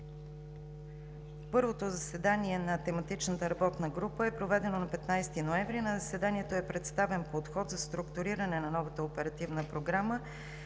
Първото заседание на Тематичната работна група е проведено на 15 ноември. На заседанието е представен подход за структуриране на новата оперативна програма,